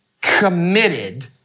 committed